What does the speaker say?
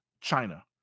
China